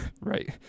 Right